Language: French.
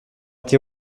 été